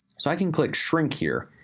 so i can click shrink here,